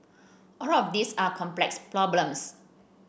all of these are complex problems